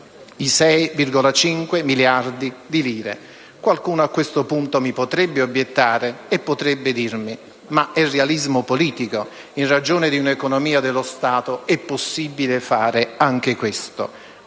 i 6,5 miliardi di lire. Qualcuno, a questo punto, potrebbe obiettare e dire che si tratta di realismo politico: in ragione di un'economia dello Stato, è possibile fare anche questo.